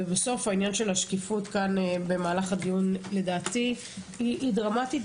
ובסוף העניין של השקיפות כאן במהלך הדיון לדעתי הוא דרמטי,